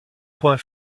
point